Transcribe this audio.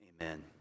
Amen